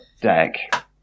Deck